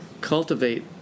cultivate